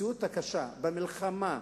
במציאות הקשה, במלחמה,